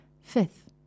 Fifth